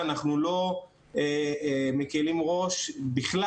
אנחנו לא מקלים ראש בכלל.